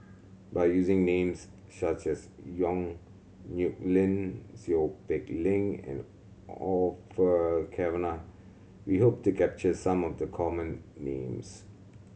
by using names such as Yong Nyuk Lin Seow Peck Leng and Orfeur Cavenagh we hope to capture some of the common names